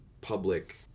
public